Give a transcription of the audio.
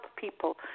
people